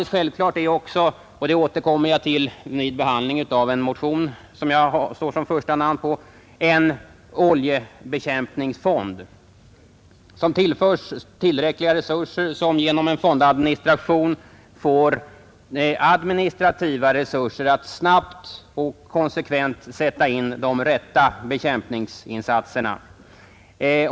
Självklart är också — och det återkommer jag till vid behandlingen av en motion som jag står som första namn på — att man får en oljebekämpningsfond, som genom en fondadministration får administrativa resurser att snabbt och konsekvent sätta in de rätta bekämpningsinsatserna.